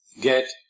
get